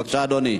בבקשה, אדוני.